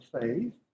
faith